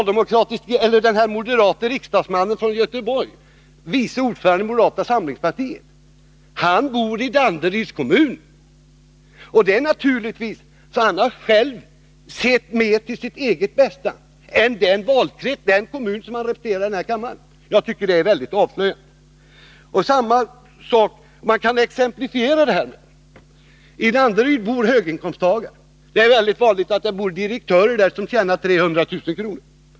Den moderate riksdagsmannen från Göteborg, tillika vice ordförande i moderata samlingspartiet, bor i Danderyds kommun. Han har sett mer till sitt eget bästa än till den valkrets och den kommun som han representerar här i kammaren. Det är avslöjande. I Danderyds kommun bor höginkomsttagare. Där finns många direktörer som tjänar 300000 kr.